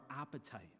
appetite